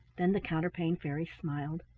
then the counterpane fairy smiled.